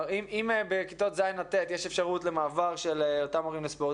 אם בכיתות ז' עד ט' יש אפשרות למעבר של אותם מורים לספורט,